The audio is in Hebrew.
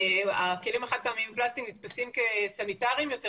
הכלים החד פעמיים מפלסטיק נתפסים כסניטריים יותר,